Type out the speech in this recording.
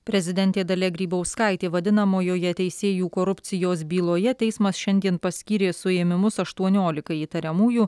prezidentė dalia grybauskaitė vadinamojoje teisėjų korupcijos byloje teismas šiandien paskyrė suėmimus aštuoniolikai įtariamųjų